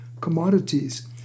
commodities